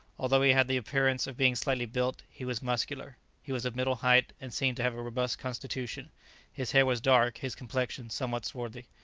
although he had the appearance of being slightly built, he was muscular he was of middle height, and seemed to have a robust constitution his hair was dark, his complexion somewhat swarthy.